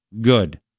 good